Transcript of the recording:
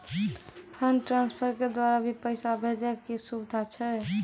Fund transfer के द्वारा भी पैसा भेजै के सुविधा छै?